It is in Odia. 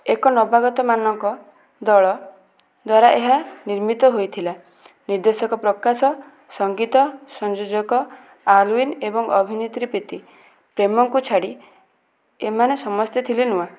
ଏକ ନବାଗତମାନଙ୍କ ଦଳ ଦ୍ଵାରା ଏହା ନିର୍ମିତ ହୋଇଥିଲା ନିର୍ଦ୍ଦେଶକ ପ୍ରକାଶ ସଙ୍ଗୀତ ସଂଯୋଜକ ଆଲୱିନ ଏବଂ ଅଭିନେତ୍ରୀ ପ୍ରୀତି ପ୍ରେମଙ୍କୁ ଛାଡ଼ି ଏମାନେ ସମସ୍ତେ ଥିଲେ ନୂଆ